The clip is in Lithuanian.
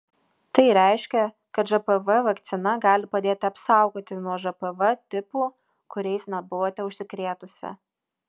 tai reiškia kad žpv vakcina gali padėti apsaugoti nuo žpv tipų kuriais nebuvote užsikrėtusi